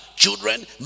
Children